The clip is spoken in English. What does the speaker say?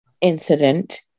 incident